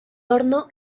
horno